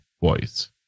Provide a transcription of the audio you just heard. voice